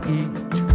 eat